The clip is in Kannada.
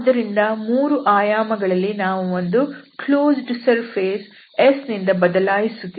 ಆದ್ದರಿಂದ ಮೂರು ಆಯಾಮಗಳಲ್ಲಿ ನಾವು ಒಂದು ಕ್ಲೋಸ್ಡ್ ಸರ್ಫೇಸ್ S ನಿಂದ ಬದಲಾಯಿಸುತ್ತಿದ್ದೇವೆ